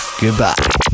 goodbye